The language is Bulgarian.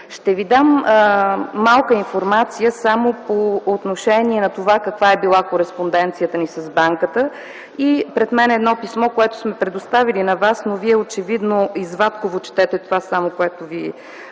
Ще ви дам малка информация по отношение на това, каква е била кореспонденцията ни с банката. Пред мен е едно писмо, което сме предоставили на вас, но вие очевидно извадково четете само това, което може би в